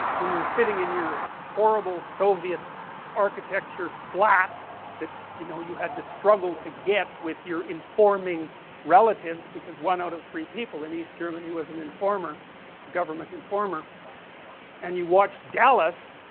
when you are sitting in you horrible soviet architecture flat that, you know you had to struggle to get with your informing relatives, because one out of three people in east germany was an informer, a government informer and you watch dallas,